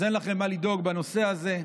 אז אין לכם מה לדאוג בנושא הזה.